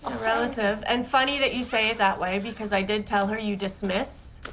ah relative, and funny that you say it that way, because i did tell her you dismiss.